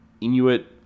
Inuit